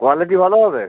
quality ভালো হবে